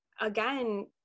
again